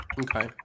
Okay